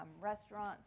restaurants